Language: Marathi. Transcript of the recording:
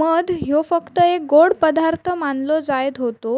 मध ह्यो फक्त एक गोड पदार्थ मानलो जायत होतो